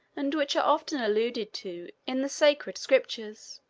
and which are often alluded to in the sacred scriptures.